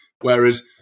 Whereas